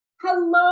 Hello